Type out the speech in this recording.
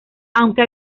aunque